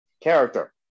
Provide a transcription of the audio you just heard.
Character